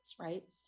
right